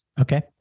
Okay